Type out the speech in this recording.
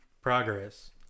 progress